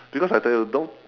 because I tell you don't